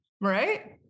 right